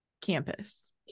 campus